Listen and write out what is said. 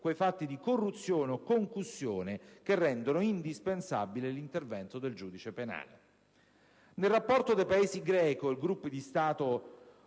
quei fatti di corruzione o concussione che rendono indispensabile l'intervento del giudice penale». Nel rapporto dei Paesi GRECO (Gruppo di Stati